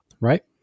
Right